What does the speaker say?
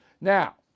Now